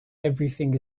everything